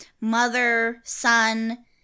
mother-son